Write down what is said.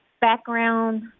background